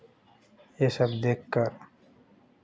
ये सब देख कर